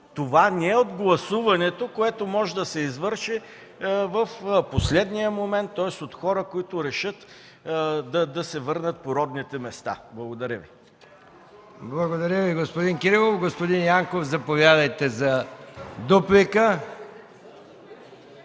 Това не е от гласуването, което може да се извърши в последния момент, тоест от хора, които решат да се върнат по родните места. Благодаря Ви. ПРЕДСЕДАТЕЛ МИХАИЛ МИКОВ: Благодаря Ви, господин Кирилов. Господин Янков, заповядайте за дуплика.